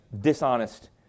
dishonest